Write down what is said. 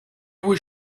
was